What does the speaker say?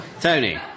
Tony